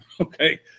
okay